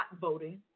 voting